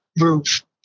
roof